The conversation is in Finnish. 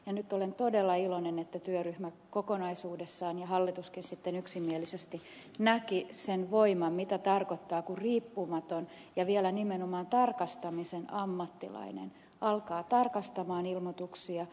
nyt olen todella iloinen että työryhmä kokonaisuudessaan ja hallituskin sitten yksimielisesti näki sen voiman mitä tarkoittaa kun riippumaton ja vielä nimenomaan tarkastamisen ammattilainen alkaa tarkastamaan ilmoituksia